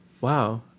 Wow